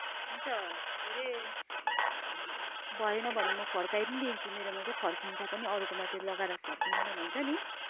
हुन्छ के अरे भएन भने म फर्काइदिन्छु मेरोमा चाहिँ फर्किन्छ पनि अरूकोमा त्यो लगाएर फर्किँदैन भन्छ नि